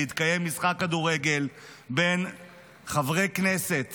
ויתקיים משחק כדורגל בין חברי כנסת